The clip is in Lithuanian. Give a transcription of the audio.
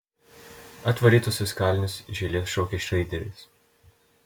atvarytuosius kalinius iš eilės šaukia šreideris